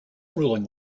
ruling